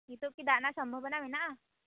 ᱱᱤᱛᱚ ᱠᱤ ᱫᱟᱜ ᱨᱮᱱᱟᱜ ᱥᱚᱢᱵᱷᱚᱵᱚᱱᱟ ᱢᱮᱱᱟᱜᱼᱟ